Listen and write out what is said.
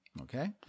okay